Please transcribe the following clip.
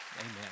Amen